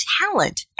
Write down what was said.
talent